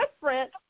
different